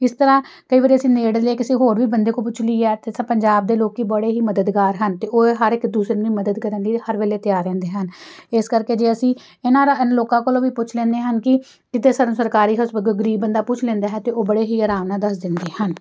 ਇਸ ਤਰ੍ਹਾਂ ਕਈ ਵਾਰ ਅਸੀਂ ਨੇੜਲੇ ਕਿਸੇ ਹੋਰ ਵੀ ਬੰਦੇ ਕੋ ਪੁੱਛ ਲਈਏ ਤਾਂ ਪੰਜਾਬ ਦੇ ਲੋਕ ਬੜੇ ਹੀ ਮਦਦਗਾਰ ਹਨ ਅਤੇ ਉਹ ਹਰ ਇੱਕ ਦੂਸਰੇ ਦੀ ਮਦਦ ਕਰਨ ਦੀ ਹਰ ਵੇਲੇ ਤਿਆਰ ਰਹਿੰਦੇ ਹਨ ਇਸ ਕਰਕੇ ਜੇ ਅਸੀਂ ਇਹਨਾਂ ਰਾ ਲੋਕਾਂ ਕੋਲੋਂ ਵੀ ਪੁੱਛ ਲੈਂਦੇ ਹਨ ਕਿ ਕਿਤੇ ਸਾਨੂੰ ਸਰਕਾਰੀ ਹਸਪ ਬ ਗਰੀਬ ਬੰਦਾ ਪੁੱਛ ਲੈਂਦਾ ਹੈ ਤਾਂ ਉਹ ਬੜੇ ਹੀ ਆਰਾਮ ਨਾਲ ਦੱਸ ਦਿੰਦੇ ਹਨ